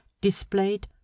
displayed